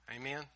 Amen